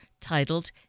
titled